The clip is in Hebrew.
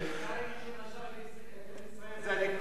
בינתיים מי שמסר את ארץ-ישראל זה הליכוד.